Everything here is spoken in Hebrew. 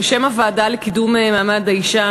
בשם הוועדה לקידום מעמד האישה,